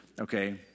Okay